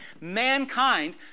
Mankind